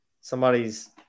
somebody's